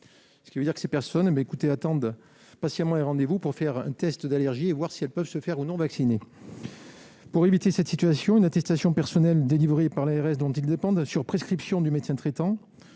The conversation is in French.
Résultat : ces personnes attendent très longtemps pour faire un test d'allergie et voir si elles peuvent ou non se faire vacciner. Pour éviter cette situation, une attestation personnelle délivrée par l'ARS dont elles dépendent, sur prescription du médecin traitant,